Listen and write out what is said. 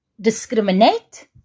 discriminate